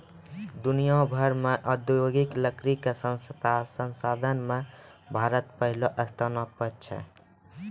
दुनिया भर मॅ औद्योगिक लकड़ी कॅ संसाधन मॅ भारत पहलो स्थान पर छै